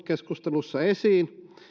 keskustelussa esiin